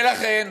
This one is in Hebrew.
ולכן,